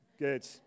Good